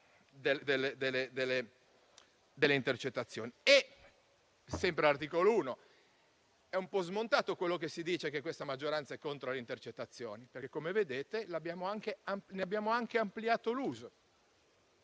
all'articolo 1, è un po' smontato quello che si dice, cioè che questa maggioranza sia contro le intercettazioni, perché - come vedete - ne abbiamo ampliato l'uso.